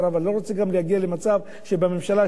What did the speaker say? אבל אני לא רוצה גם להגיע למצב שבממשלה שני